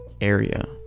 area